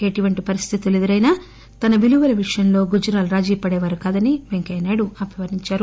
ఎటువంటి పరిస్థితులు ఎదురైనా తన విలువల విషయంలో ఆయన రాజీ పడేవారు కాదని పెంకయ్యనాయుడు అభివర్ణించారు